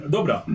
Dobra